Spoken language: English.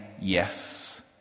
yes